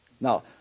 Now